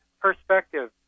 perspective